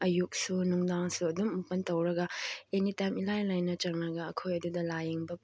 ꯑꯌꯨꯛꯁꯨ ꯅꯨꯡꯗꯥꯡꯁꯨ ꯑꯗꯨꯝ ꯑꯣꯄꯟ ꯇꯧꯔꯒ ꯑꯦꯅꯤ ꯇꯥꯏꯝ ꯏꯔꯥꯏ ꯂꯥꯏꯅ ꯆꯪꯂꯒ ꯑꯩꯈꯣꯏ ꯑꯗꯨꯗ ꯂꯥꯏꯌꯦꯡꯕ